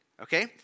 okay